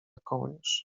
kołnierz